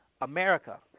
America